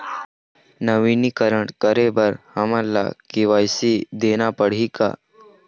नवीनीकरण करे बर हमन ला के.वाई.सी देना पड़ही का?